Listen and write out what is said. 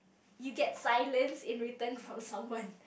you get silence in return from someone